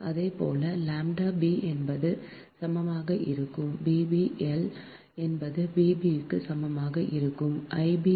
அதுபோல λ b என்பது சமமாக இருக்கும்Lb L b என்பது λ b க்கு சமமாக இருக்கும் I b ஆனது 0